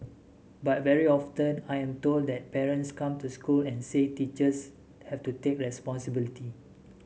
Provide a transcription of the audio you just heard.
but very often I am told that parents come to school and say teachers have to take responsibility